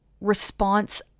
response